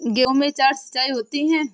गेहूं में चार सिचाई होती हैं